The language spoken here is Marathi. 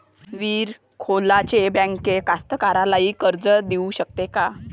विहीर खोदाले बँक कास्तकाराइले कर्ज देऊ शकते का?